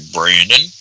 Brandon